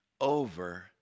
over